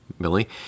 Billy